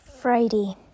Friday